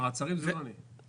מעצרים זה לא אני.